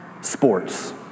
Sports